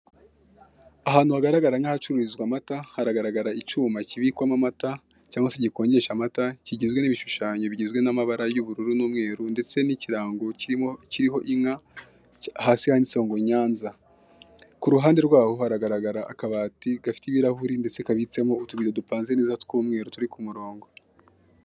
Ahantu hagaragara nk'ahacururizwa amata haragaragara icyuma kibikwamo amata cyangwa se gikonjesha amata, kigizwe n'ibishushanyo bigizwe n'amabara y'ubururu n'umweru ndetse n'ikirango kiriho inka hasi handitse ngo Nyanza, ku ruhande rwaho haragaragara akabati gafite ibirahuri ndetse kabitsemo utubido dupanze neza ku murongo.